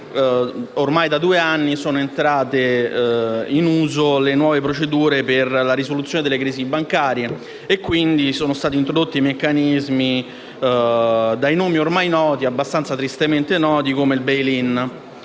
ormai da due anni sono entrate in uso le nuove procedure per la risoluzione delle crisi bancarie, quindi sono stati introdotti meccanismi dai nomi ormai abbastanza tristemente noti come il *bail in*.